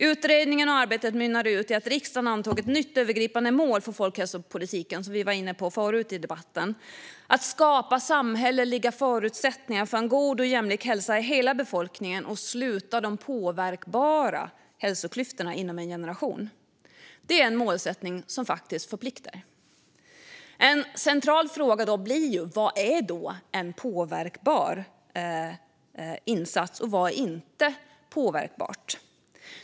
Utredningen och arbetet mynnade ut i att riksdagen antog ett nytt övergripande mål för folkhälsopolitiken, något som vi var inne på tidigare i debatten, nämligen att "skapa samhälleliga förutsättningar för en god och jämlik hälsa i hela befolkningen och sluta de påverkbara hälsoklyftorna inom en generation". Det är en målsättning som förpliktar, och en central fråga blir då vad som är påverkbart och vad som inte är påverkbart.